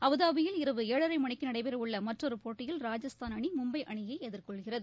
அபுதாபியில் இரவு ஏழரை மணிக்கு நடைபெறவுள்ள மற்றொரு போட்டியில் ராஜஸ்தான் அணி மும்பை அணியை எதிர்கொள்கிறது